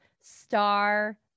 Star